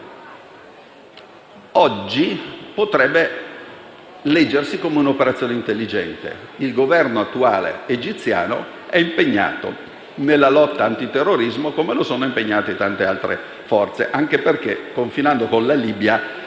Oggi potrebbe leggersi come un'operazione intelligente, in quanto l'attuale Governo egiziano è impegnato nella lotta antiterrorismo, come lo sono tante altre forze, anche perché, confinando con la Libia,